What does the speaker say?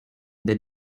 the